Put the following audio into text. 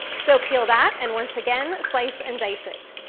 so peel that, and once again, slice and dice it.